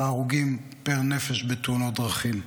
ההרוגים פר נפש בתאונות דרכים.